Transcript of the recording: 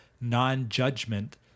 non-judgment